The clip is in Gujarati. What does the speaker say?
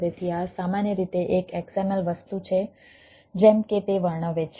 તેથી આ સામાન્ય રીતે એક XML વસ્તુ છે જેમ કે તે વર્ણવે છે